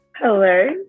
Hello